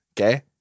Okay